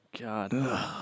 God